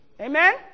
Amen